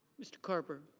mr. carper.